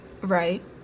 Right